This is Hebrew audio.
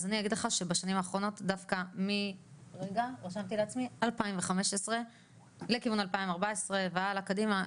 אז אני אגיד לך שבשנים האחרונות דווקא מאז שנת 2014 -2015 והלאה קדימה,